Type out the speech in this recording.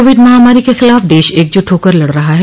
Covid महामारी के खिलाफ देश एकजुट होकर लड़ रहा है